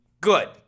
good